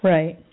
Right